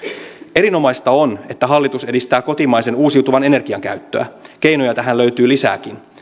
erinomaista on että hallitus edistää kotimaisen uusiutuvan energian käyttöä keinoja tähän löytyy lisääkin